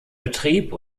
betrieb